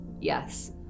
yes